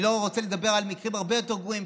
אני לא רוצה לדבר על מקרים הרבה יותר גרועים,